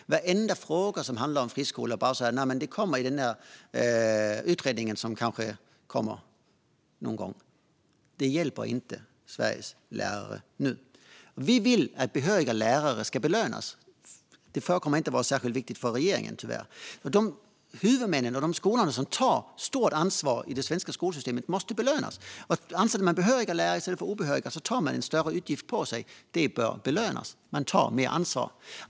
På varenda fråga som handlar om friskolor svarar man bara att det kommer i den där utredningen som kanske kommer någon gång. Det hjälper inte Sveriges lärare nu. Vi vill att behöriga lärare ska belönas. Det förefaller tyvärr inte vara särskilt viktigt för regeringen. Men de huvudmän och de skolor som tar stort ansvar i det svenska skolsystemet måste belönas. Anställer man behöriga lärare i stället för obehöriga tar man en större utgift på sig, och det bör belönas. Man tar mer ansvar.